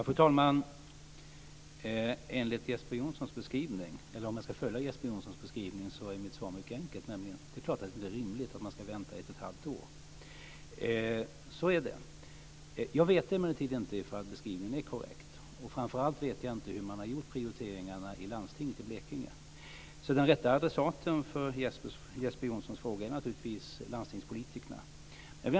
Fru talman! Om jag ska följa Jeppe Johnssons beskrivning är mitt svar mycket enkelt: Det är klart att det inte är rimligt att man ska vänta i ett och ett halvt år. Så är det. Jag vet emellertid inte ifall beskrivningen är korrekt. Framför allt vet jag inte hur man har gjort prioriteringarna i landstinget i Blekinge, så den rätta adressaten för Jeppe Johnssons fråga är naturligtvis landstingspolitikerna.